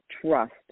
trust